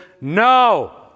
no